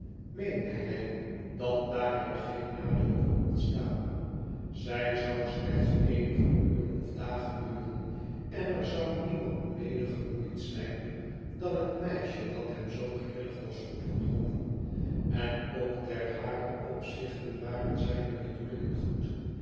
meende hij dat daaruit geen nadeel kon ontstaanzij zou slechts eenige uren of dagen duren en er zou niemand mede gemoeid zijn dan het meisje dat hem zoo grillig was opgedrongen en ook ten haren opzichte waren zijne bedoelingen goed